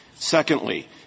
Secondly